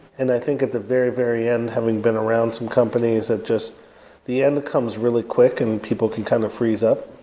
and i think at the very, very end, having been around some companies, that just the end comes really quick and people can kind of freeze up.